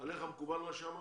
עליך מקובל מה שאמרתי?